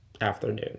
afternoon